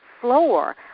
floor